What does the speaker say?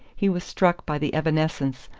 he was struck by the evanescence,